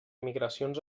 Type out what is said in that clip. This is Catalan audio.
migracions